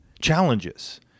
challenges